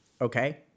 okay